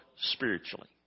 spiritually